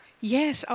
Yes